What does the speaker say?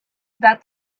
that